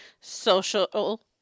social